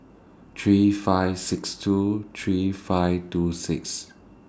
three five six two three five two six